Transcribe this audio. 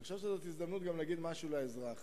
אני חושב שזו גם הזדמנות להגיד משהו לאזרח: